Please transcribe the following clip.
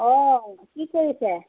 অ' কি কৰিছে